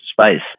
space